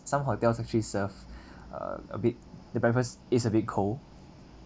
some hotels actually serve uh a bit the breakfast is a bit cold